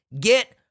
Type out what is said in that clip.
Get